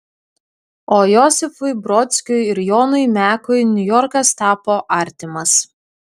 o josifui brodskiui ir jonui mekui niujorkas tapo artimas